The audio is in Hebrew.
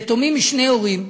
יתומים משני הורים: